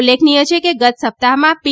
ઉલ્લેખનીય છે કે ગત સપ્તાહમાં પી